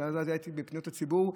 כי אז הייתי בפניות הציבור,